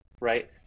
right